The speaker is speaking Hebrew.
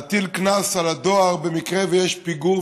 להטיל קנס על הדואר במקרה שיש פיגור